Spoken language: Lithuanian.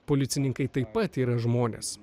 policininkai taip pat yra žmonės